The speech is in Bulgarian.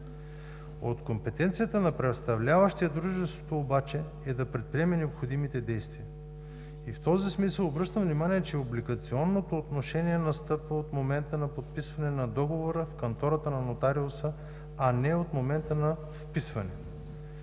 От компетенциите на представляващия дружеството обаче е да предприеме необходимите действия. В този смисъл обръщам внимание, че облигационното отношение настъпва от момента на подписване на договора в кантората на нотариуса, а не от момента на вписването.